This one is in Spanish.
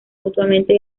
mutuamente